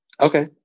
Okay